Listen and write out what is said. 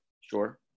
Sure